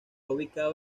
ubicado